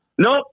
Nope